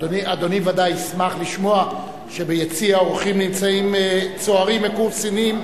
אדוני בוודאי ישמח לשמוע שביציע האורחים נמצאים צוערים מקורס קצינים,